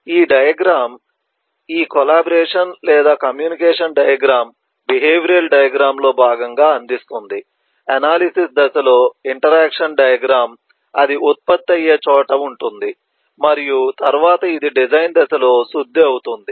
ఈ డయాగ్రమ్ ఈ కొలాబరేషన్ లేదా కమ్యూనికేషన్ డయాగ్రమ్ బిహేవియరల్ డయాగ్రమ్ లో భాగంగా అందిస్తుంది ఎనాలిసిస్ దశలో ఇంటరాక్షన్ డయాగ్రమ్ అది ఉత్పత్తి అయ్యే చోట ఉంటుంది మరియు తరువాత ఇది డిజైన్ దశలో శుద్ధి అవుతుంది